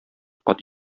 кат